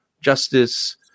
justice